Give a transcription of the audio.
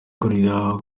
kurira